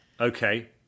okay